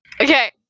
Okay